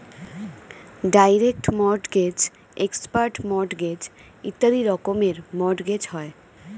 direct mortgage, expert mortgage ইত্যাদি রকমের mortgage হয়